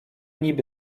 niby